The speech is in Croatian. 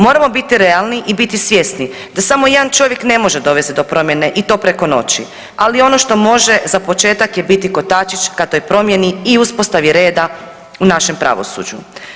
Moramo biti realni i biti svjesni, da samo jedan čovjek ne može dovesti do promjene i to preko noći, ali ono što može za početak je biti kotačić ka toj promjeni i uspostavi reda u našem pravosuđu.